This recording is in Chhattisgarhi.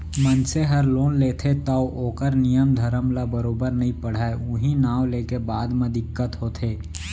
मनसे हर लोन लेथे तौ ओकर नियम धरम ल बरोबर नइ पढ़य उहीं नांव लेके बाद म दिक्कत होथे